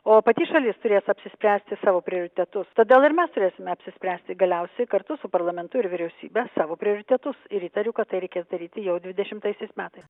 o pati šalis turės apsispręsti savo prioritetus todėl ir mes turėsime apsispręsti galiausiai kartu su parlamentu ir vyriausybe savo prioritetus ir įtariu kad tai reikės daryti jau dvidešimtaisiais metais